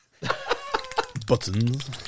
Buttons